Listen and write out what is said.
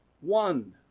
one